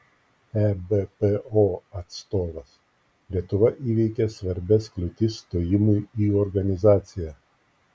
ebpo atstovas lietuva įveikė svarbias kliūtis stojimui į organizaciją